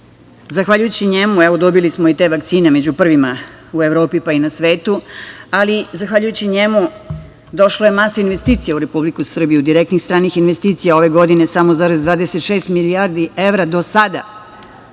Srbije. Zahvaljujući njemu dobili smo i te vakcine među prvima u Evropi, pa i na svetu, ali zahvaljujući njemu došlo je masa investicija u Republiku Srbiju. Direktnih stranih investicija ove godine samo … milijardi do sada,